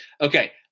Okay